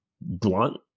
blunt